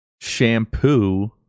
Shampoo